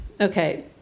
Okay